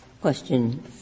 question